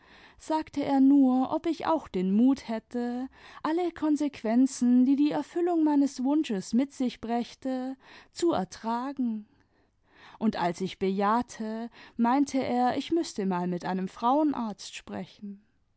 sagte er nur ob ich auch den mut hätte alle konsequenzen die die erfüllung meines wimsches mit sich brächte zu ertragen und als ich bejahte meinte er ich müßte mal mit einem frauenarzt sprechen